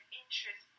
interest